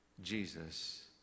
Jesus